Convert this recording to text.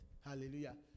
Hallelujah